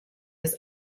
dass